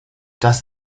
does